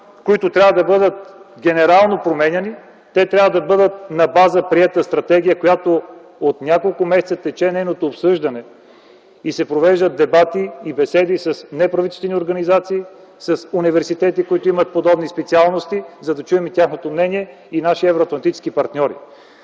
които трябва да бъдат генерално променяни, трябва да бъдат на база приета стратегия, чието обсъждане тече от няколко месеца и се провеждат дебати и беседи с неправителствени организации, с университети, които имат подобни специалности, за да чуем и тяхното мнение, и наши Евроатлантически партньори.